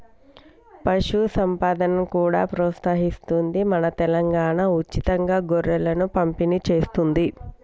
పశు సంపదను కూడా ప్రోత్సహిస్తుంది మన తెలంగాణా, ఉచితంగా గొర్రెలను పంపిణి చేస్తుంది